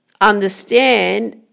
understand